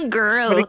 girl